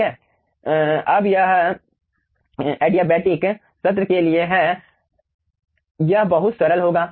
ठीक है अब यह एडियाबेटिक सत्र के लिए है यह बहुत सरल होगा